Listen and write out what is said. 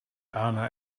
arna